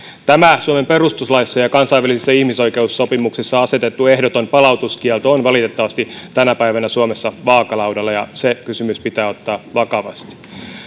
tämä suomen perustuslaissa ja kansainvälisissä ihmisoikeussopimuksissa asetettu ehdoton palautuskielto on valitettavasti tänä päivänä suomessa vaakalaudalla ja se kysymys pitää ottaa vakavasti